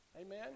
Amen